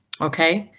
ok,